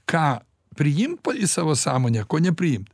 ką priimt p į savo sąmonę ko nepriimt